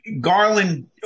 Garland